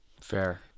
Fair